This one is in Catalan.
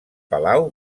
palau